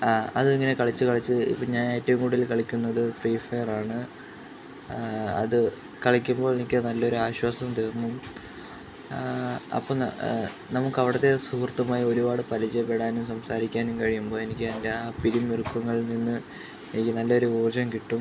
അതിങ്ങനെ കളിച്ച് കളിച്ച് ഇപ്പം ഞാനേറ്റോം കൂടുതൽ കളിക്കുന്നത് ഫ്രീ ഫയറാണ് അത് കളിക്കുമ്പോൾ എനിക്ക് നല്ലൊരാശ്വാസം തരുന്നു അപ്പം നാ നമുക്കവിടത്തെ സുഹൃത്തുമായൊരുപാട് പരിചയപ്പെടാനും സംസാരിക്കാനും കഴിയുമ്പോൾ എനിക്കെൻ്റെയാ പിരിമുറുക്കങ്ങളിൽ നിന്ന് എനിക്ക് നല്ലൊരു മോചനം കിട്ടും